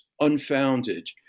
Unfounded